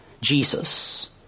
Jesus